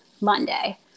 Monday